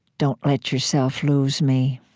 don't let yourself lose me.